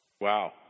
Wow